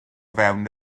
fewn